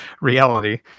reality